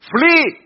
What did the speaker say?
Flee